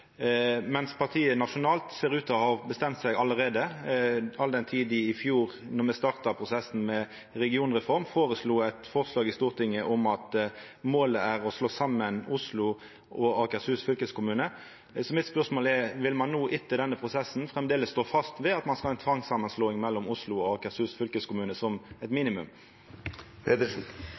mens partiet nasjonalt ser ut til å ha bestemt seg allereie, all den tid dei la fram eit forslag i Stortinget om at målet er å slå saman Oslo og Akershus fylkeskommune, då me starta prosessen med regionreform i fjor. Spørsmålet mitt er: Vil ein no etter denne prosessen framleis stå fast ved at ein skal ha ei tvangssamanslåing av Oslo og Akershus fylkeskommune som eit minimum?